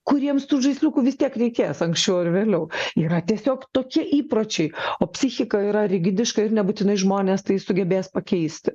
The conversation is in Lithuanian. kuriems tų žaisliukų vis tiek reikės anksčiau ar vėliau yra tiesiog tokie įpročiai o psichika yra rigidiška ir nebūtinai žmonės tai sugebės pakeisti